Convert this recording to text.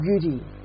beauty